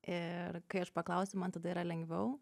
ir kai aš paklausiu man tada yra lengviau